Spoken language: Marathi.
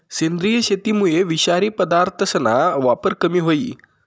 सेंद्रिय शेतीमुये विषारी पदार्थसना वापर कमी व्हयी